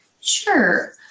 Sure